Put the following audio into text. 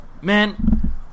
Man